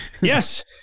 Yes